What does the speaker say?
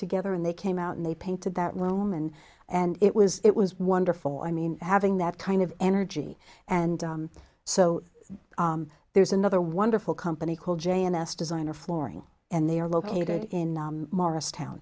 together and they came out and they painted that lohman and it was it was wonderful i mean having that kind of energy and so there's another wonderful company called j n s designer flooring and they are located in morristown